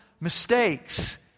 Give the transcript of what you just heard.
mistakes